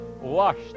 washed